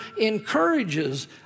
encourages